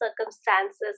circumstances